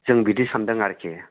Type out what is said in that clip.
जों बिदि सान्दों आरोकि